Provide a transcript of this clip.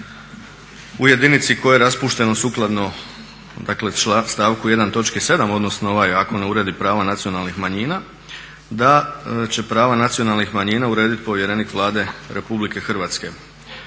u jedinici koja je raspuštena sukladno dakle stavku 1. točki 7. odnosno ovaj ako ne uredi pravo nacionalnih manjina da će prava nacionalnih manjina urediti povjerenik Vlade Republike Hrvatske.